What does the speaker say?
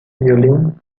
violín